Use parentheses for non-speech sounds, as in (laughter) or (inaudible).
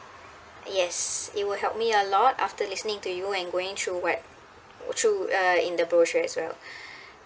yes it will help me a lot after listening to you and going through what through uh in the brochure as well (breath)